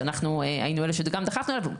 שאנחנו היינו אלה שגם דחפנו עליו,